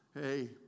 hey